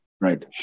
right